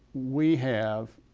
we have,